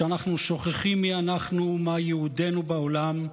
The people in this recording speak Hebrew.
כשאנחנו שוכחים מי אנחנו ומה ייעודנו בעולם,